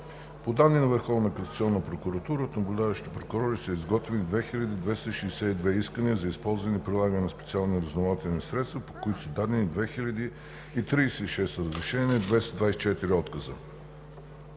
прокуратура от наблюдаващите прокурори са изготвени 2262 искания за използване и прилагане на специални разузнавателни средства, по които са дадени 2036 разрешения и 224 отказа.